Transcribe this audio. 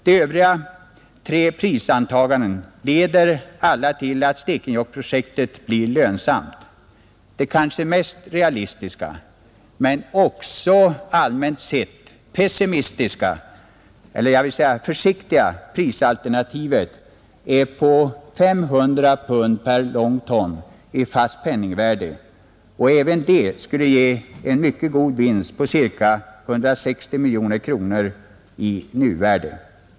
De övriga tre prisantagandena leder alla till att Stekenjokkprojektet blir lönsamt. Det kanske mest realistiska men också allmänt sett mest försiktiga prisalternativet, 500 pund per long ton i fast penningvärde, ger en mycket god vinst på ca 160 miljoner kronor i nuvärde.